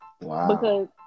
Wow